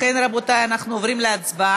לכן, רבותי, אנחנו עוברים להצבעה.